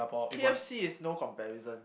K_F_C is no comparison